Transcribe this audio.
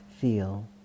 feel